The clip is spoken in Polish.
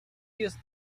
jest